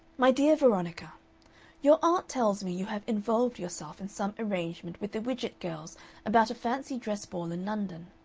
my dear veronica your aunt tells me you have involved yourself in some arrangement with the widgett girls about a fancy dress ball in london.